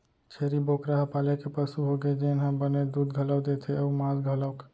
छेरी बोकरा ह पाले के पसु होगे जेन ह बने दूद घलौ देथे अउ मांस घलौक